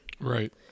Right